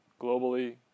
globally